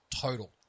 total